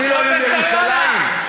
אפילו ירושלים,